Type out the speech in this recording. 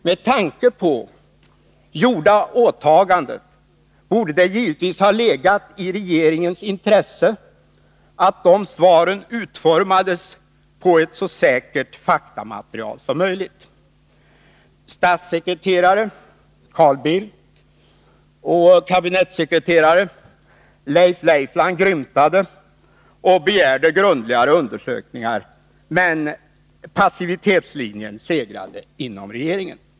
Med tanke på gjorda åtaganden, borde det givetvis ha legat i regeringens intresse att de svaren utformades på ett så säkert faktamaterial som möjligt. Statssekreterare Carl Bildt och kabinettssekreterare Leif Leifland grymtade och begärde grundligare undersökningar, men passivitetslinjen segrade inom regeringen.